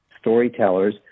storytellers